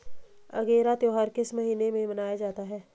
अगेरा त्योहार किस महीने में मनाया जाता है?